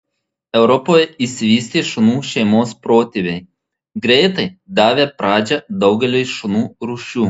europoje išsivystė šunų šeimos protėviai greitai davę pradžią daugeliui šunų rūšių